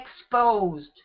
exposed